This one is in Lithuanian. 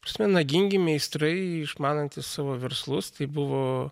prasme nagingi meistrai išmanantys savo verslus tai buvo